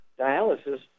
dialysis